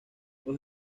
los